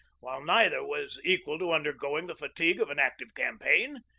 while neither was equal to undergoing the fatigue of an active campaign.